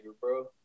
bro